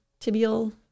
Tibial